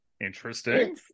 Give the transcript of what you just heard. Interesting